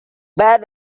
bad